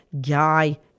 Guy